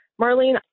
Marlene